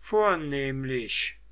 vornehmlich